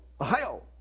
Ohio